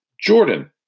Jordan